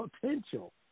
potential